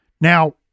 Now